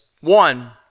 One